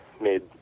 made